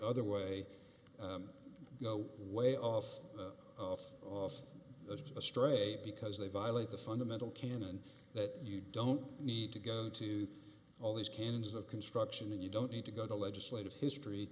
other way go way off off a straight because they violate the fundamental canon that you don't need to go to all these cans of construction and you don't need to go to legislative history